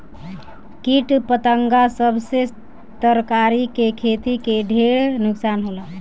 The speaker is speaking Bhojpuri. किट पतंगा सब से तरकारी के खेती के ढेर नुकसान होला